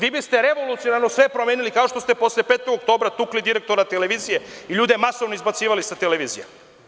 Vi biste revolucionarno sve promenili, kao što ste posle 5. oktobra tukli direktora televizije i ljude masovno izbacivali sa televizija.